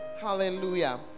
hallelujah